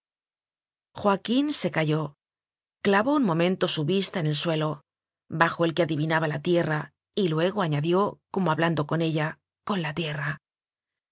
joaquín se calló clavó un momento su vista en el suelo bajo el que adivinaba la tierra y luego añadió como hablando con ella con la tierra